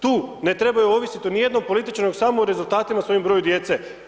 Tu ne trebaju ovisiti o niti jednom političaru nego samo o rezultatima svojem broju djece.